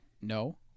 No